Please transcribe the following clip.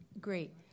Great